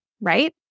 right